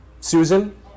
Susan